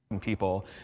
people